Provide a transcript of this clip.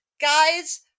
guys